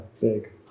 big